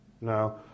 now